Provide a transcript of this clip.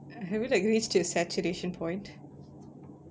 have you like reached your saturation point